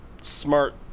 smart